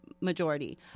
majority